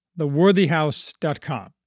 theworthyhouse.com